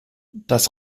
das